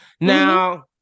Now